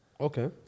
Okay